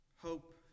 hope